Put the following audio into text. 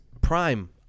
Prime